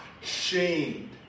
shamed